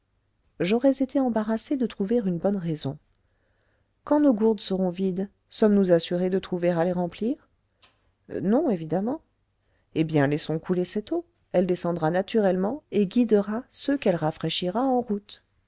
j'aurais été embarrassé de trouver une bonne raison quand nos gourdes seront vides sommes-nous assurés de trouver à les remplir non évidemment eh bien laissons couler cette eau elle descendra naturellement et guidera ceux qu'elle rafraîchira en route